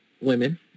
women